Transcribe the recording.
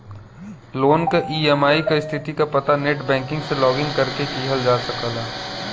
loan क EMI क स्थिति क पता नेटबैंकिंग से लॉगिन करके किहल जा सकला